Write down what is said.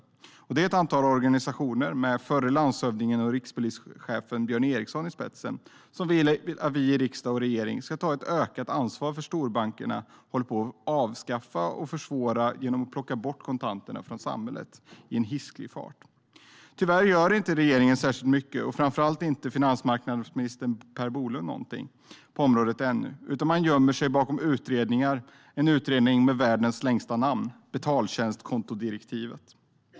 Det är ett antal organisationer med förre landshövdingen och rikspolischefen Björn Eriksson i spetsen som vill att vi i riksdag och regering ska ta ett ökat ansvar för att storbankerna håller på att försvåra genom att plocka bort och avskaffa kontanterna från samhället i en hiskelig fart. Tyvärr gör inte regeringen särskilt mycket. Framför allt gör inte finansmarknadsminister Per Bolund någonting på området ännu. Man gömmer sig bakom en utredning med världens längsta namn: betaltjänstkontodirektivet.